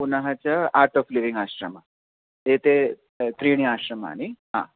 पुनः च Art of Living आश्रमः एते त्रीणि आश्रमानि हा